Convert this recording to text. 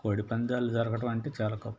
కోడి పందాలు జరగటమంటే చాలా గొప్పదండి